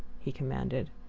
he commanded.